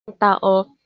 tao